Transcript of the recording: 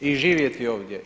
I živjeti ovdje.